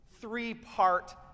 three-part